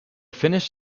finnish